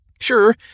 Sure